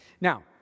Now